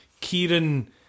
Kieran